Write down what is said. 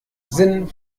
sinn